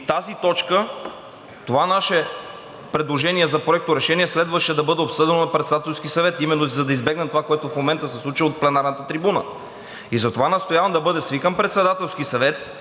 И тази точка, това наше предложение за проекторешение следваше да бъде обсъдено на Председателски съвет именно за да избегнем това, което в момента се случва от пленарната трибуна. И затова настоявам да бъде свикан Председателски съвет